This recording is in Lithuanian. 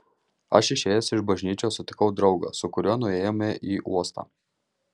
aš išėjęs iš bažnyčios sutikau draugą su kuriuo nuėjome į uostą